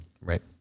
Right